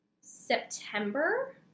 September